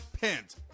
pent